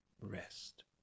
rest